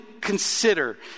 consider